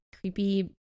creepy